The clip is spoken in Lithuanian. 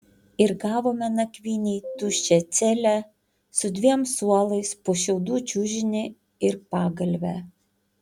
ir gavome nakvynei tuščią celę su dviem suolais po šiaudų čiužinį ir pagalvę